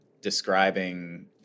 describing